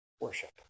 worship